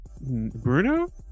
Bruno